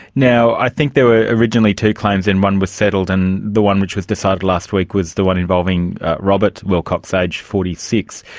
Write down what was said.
you know i think there were originally two claims and one was settled, and the one which was decided last week was the one involving robert wilcox, aged forty six.